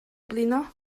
blino